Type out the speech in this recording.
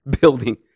building